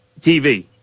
TV